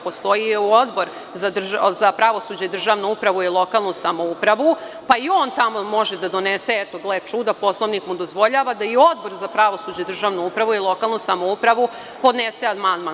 Postoji i Odbor za pravosuđe i državnu upravu i lokalnu samoupravu, pa i on tamo može da donese, gle čuda, Poslovnik mu dozvoljava da i Odbor za pravosuđe i državnu upravu i lokalnu samoupravu podnese amandman.